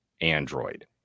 android